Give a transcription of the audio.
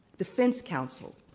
defense counsel,